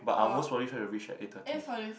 but I'll most probably try to reach at eight thirty